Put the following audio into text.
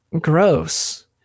gross